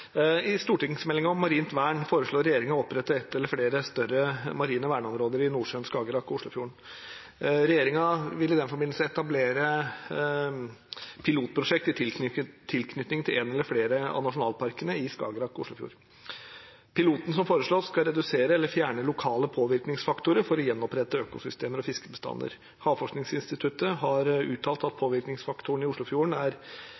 I stortingsmeldingen om marint vern foreslår regjeringen å opprette et eller flere større marine verneområder i Nordsjøen, Skagerrak og Oslofjorden. Regjeringen vil i den forbindelse etablere pilotprosjekt i tilknytning til en eller flere av nasjonalparkene i Skagerrak og Oslofjorden. Piloten som foreslås, skal redusere eller fjerne lokale påvirkningsfaktorer for å gjenopprette økosystemer og fiskebestander. Havforskningsinstituttet har uttalt at